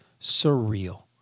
surreal